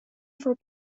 for